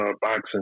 boxing